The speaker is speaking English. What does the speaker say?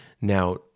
Now